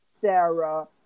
Sarah